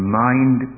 mind